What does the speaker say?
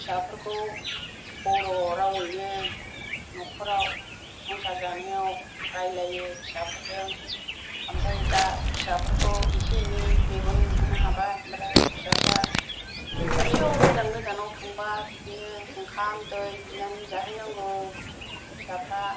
फिसाफोरखौ बर' रावैनो न'खराव संसार जानायाव रायज्लायो फिसाफोरजों ओमफ्राय दा फिसाफोरखौ एसे एनै मेगन नुहोनो हाबाय ओमफ्राय फिसाफ्रा दाबसेयाव गोजान गोजानाव थांबा बिदिनो ओंखाम दै बिनानै जाहैनांगौ फिसाफ्रा